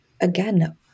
again